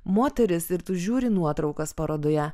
moteris ir tu žiūri nuotraukas parodoje